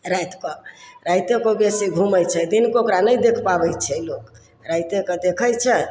रातिकऽ राइते कऽ बेसी घूमय छै दिनके ओकरा नहि देख पाबय छै लोक राइते कऽ देखय छै